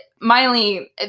Miley